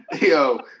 Yo